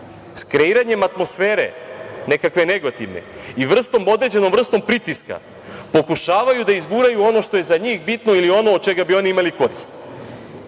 sa kreiranjem atmosfere, nekakve negativne, i određenom vrstom pritiska pokušavaju da izguraju ono što je za njih bitno ili ono od čega bi oni imali koristi.